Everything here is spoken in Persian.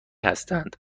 هستند